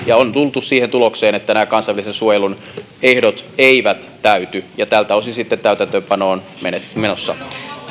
ja on tultu siihen tulokseen että nämä kansainvälisen suojelun ehdot eivät täyty ja tältä osin sitten täytäntöönpano on menossa